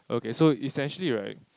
okay so essentially right